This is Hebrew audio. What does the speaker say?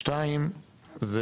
שתיים, זה